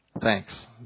Thanks